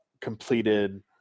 completed